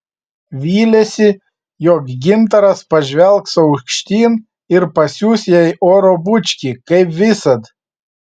vylėsi jog gintaras pažvelgs aukštyn ir pasiųs jai oro bučkį kaip visad